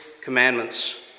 commandments